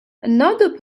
another